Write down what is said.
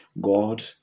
God